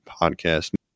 podcast